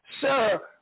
Sir